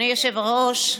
אדוני היושב-ראש,